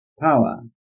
power